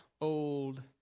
old